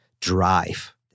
drive